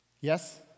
Yes